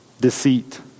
Deceit